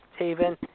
Taven